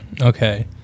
Okay